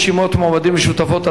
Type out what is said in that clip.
רשימות מועמדים משותפות),